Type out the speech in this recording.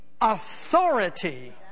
authority